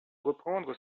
reprendre